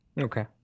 Okay